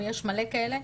ויש מלא כאלה,